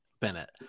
bennett